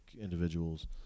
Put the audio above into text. individuals